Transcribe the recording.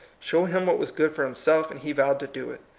show him what was good for himself, and he vowed to do it.